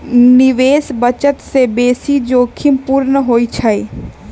निवेश बचत से बेशी जोखिम पूर्ण होइ छइ